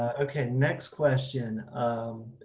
ah okay, next question. um,